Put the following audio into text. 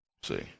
See